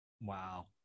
Wow